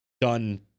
done